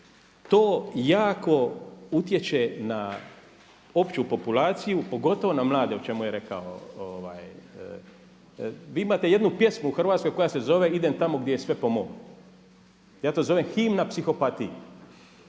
to jako utječe na opću populaciju pogotovo na mlade o čemu je rekao. Vi imate jednu pjesmu u Hrvatskoj koja se zove Idem tamo gdje je sve po mom. Ja to zovem himna psihopatiji,